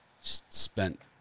spent